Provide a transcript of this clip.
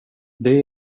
det